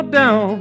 down